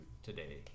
Today